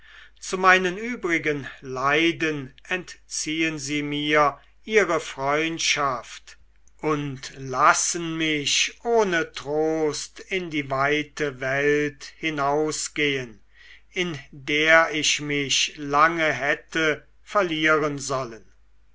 zu meinen übrigen leiden entziehen sie mir ihre freundschaft und lassen sie mich ohne trost in die weite welt hinausgehen in der ich mich lange hätte verlieren sollen